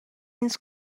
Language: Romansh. ins